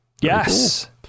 Yes